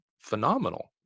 phenomenal